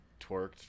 Twerked